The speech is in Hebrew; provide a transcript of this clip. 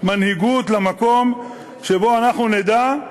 מנהיגות למקום שבו אנחנו נדע,